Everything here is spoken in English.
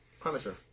Punisher